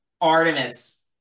artemis